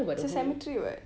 it's a cemetery [what]